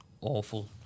awful